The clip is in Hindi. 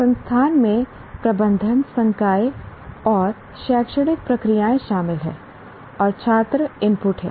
संस्थान में प्रबंधन संकाय और शैक्षणिक प्रक्रियाएं शामिल हैं और छात्र इनपुट हैं